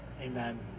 Amen